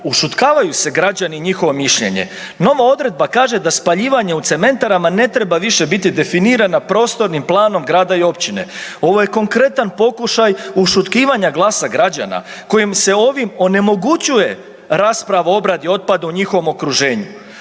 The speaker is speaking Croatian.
ušutkavaju se građani i njihovo mišljenje. Nova odredba kaže da spaljivanje u cementarama ne treba više biti definirana prostornim planom grada i općine. Ovo je konkretan pokušaj ušutkivanja glasa građana kojim se ovim onemogućuje rasprava o obradi otpada u njihovom okruženju.